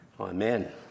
Amen